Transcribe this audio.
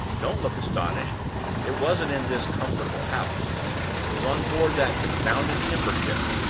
don't look astonished it wasn't in this comfortable house it was on board that confounded timber-ship.